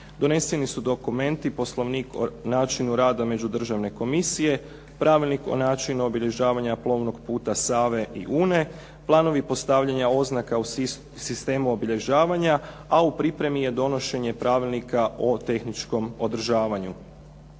Doneseni su dokumenti poslovnik o načinu rada međudržavne komisije, pravilnik o načinu obilježavanja plovnog puta Save i Une, planovi postavljanja oznaka u sistemu obilježavanja, a u pripremi je donošenje pravilnika o tehničkom održavanju.